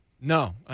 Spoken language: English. No